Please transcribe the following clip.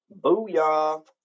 Booyah